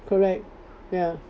correct ya